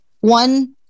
one